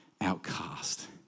outcast